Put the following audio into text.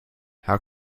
how